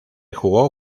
jugó